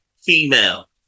female